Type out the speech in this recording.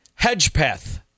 Hedgepath